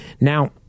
Now